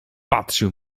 patrzył